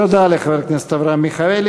תודה לחבר הכנסת אברהם מיכאלי.